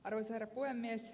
arvoisa herra puhemies